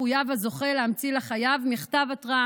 מחויב הזוכה להמציא לחייב מכתב התראה.